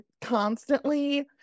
constantly